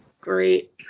great